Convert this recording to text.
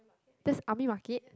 that's army market